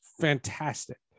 fantastic